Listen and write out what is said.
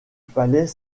fallait